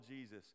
Jesus